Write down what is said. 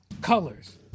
colors